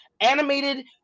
animated